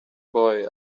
boy